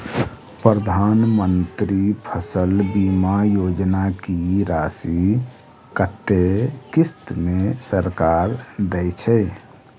प्रधानमंत्री फसल बीमा योजना की राशि कत्ते किस्त मे सरकार देय छै?